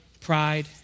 pride